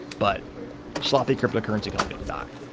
but sloppy cryptocurrency companies die.